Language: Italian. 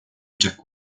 jack